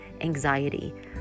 anxiety